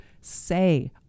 say